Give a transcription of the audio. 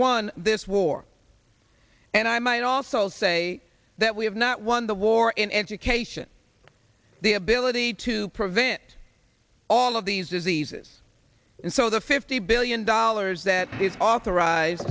won this war and i might also say that we have not won the war in education the ability to prevent all of these diseases and so the fifty billion dollars that is authorized